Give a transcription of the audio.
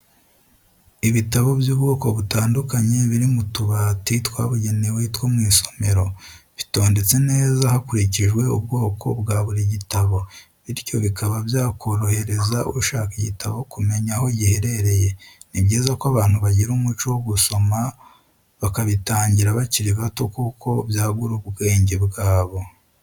Ibitabo by'ubwoko butandukanye biri mu tubati twabugenewe two mu isomero, bitondetse neza hakurikijwe ubwoko bwa buri gitabo, bityo bikaba byakorohereza ushaka igitabo kumenya aho giherereye, ni byiza ko abantu bagira umuco wo gusoma bakabitangira bakiri bato kuko byagura ubwenge bwabo.